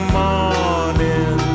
morning